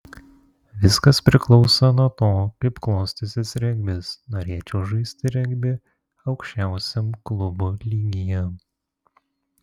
viskas priklauso nuo to kaip klostysis regbis norėčiau žaisti regbį aukščiausiam klubų lygyje